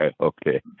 Okay